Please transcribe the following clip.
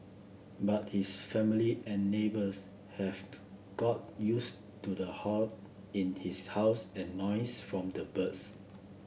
but his family and neighbours have got used to the hoard in his house and noise from the birds